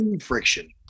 friction